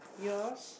yours